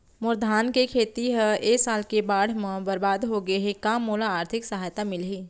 मोर धान के खेती ह ए साल के बाढ़ म बरबाद हो गे हे का मोला आर्थिक सहायता मिलही?